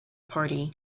party